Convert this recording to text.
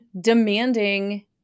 demanding